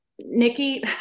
Nikki